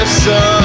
sun